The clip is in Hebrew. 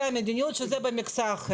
תיכף רועי יתייחס לעניין הזה של התרגום לשפה.